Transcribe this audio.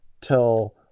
till